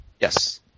Yes